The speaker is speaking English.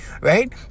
right